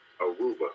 Aruba